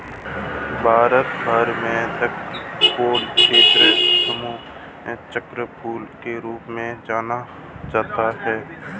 भारत भर में तककोलम, नक्षत्र सोमपू और चक्रफूल के रूप में जाना जाता है